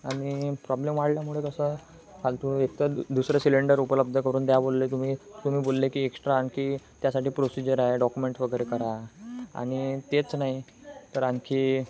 आणि प्रॉब्लेम वाढल्यामुळे कसं फालतू एकतर दुसरं सिलेंडर उपलब्ध करून द्या बोलले तुम्ही तुम्ही बोलले की एक्स्ट्रा आणखी त्यासाठी प्रोसिजर आहे डॉक्युमेंट्स वगैरे करा आणि तेच नाही तर आणखी